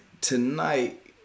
tonight